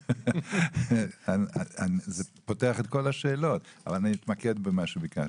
אני פותח את כל השאלות, אבל אני אתמקד במה שביקשת.